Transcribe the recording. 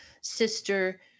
sister